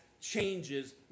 changes